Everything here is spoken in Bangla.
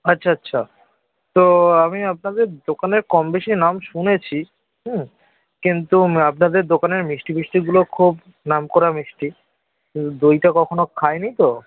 আচ্ছা আচ্ছা তো আমি আপনাদের দোকানের কম বেশি নাম শুনেছি হুম কিন্তু আপনাদের দোকানের মিষ্টি ফিষ্টিগুলো খুব নামকরা মিষ্টি কিন্তু দইটা কখনও খাইনি তো